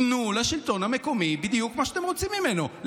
תנו לשלטון המקומי בדיוק מה שאתם רוצים ממנו,